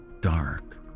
dark